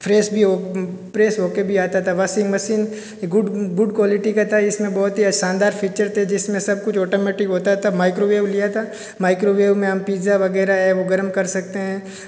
fresh भी हो press होके भी आता था वासिंग मसीन ये गुड गुड क्वालिटी का था इसमें बहुत ही शानदार फ़ीचर थे जिसमें सब कुछ ऑटोमेटिक होता था माइक्रोवेव लिया था माइक्रोवेव में हम पिज़्ज़ा वगैरह है वो गर्म कर सकते हैं